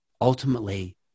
ultimately